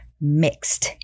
mixed